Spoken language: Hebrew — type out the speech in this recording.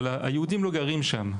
אבל רוב היהודים לא גרים שם.